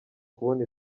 kubona